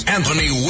Anthony